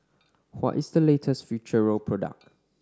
what is the latest Futuro product